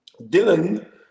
Dylan